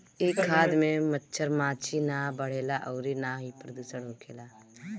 इ खाद में मच्छर माछी ना बढ़ेला अउरी ना ही प्रदुषण होखेला